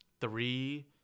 three